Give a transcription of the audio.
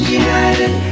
united